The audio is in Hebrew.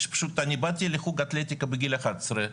שפשוט אני באתי לחוג אתלטיקה בגיל אחת עשרה,